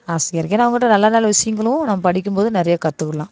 ஆசையாக இருக்குது ஏன்னா அவங்கக்கிட்ட நல்ல நல்ல விஷயங்களும் நம்ம படிக்கும்போது நிறைய கத்துக்கிடுலாம்